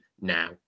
now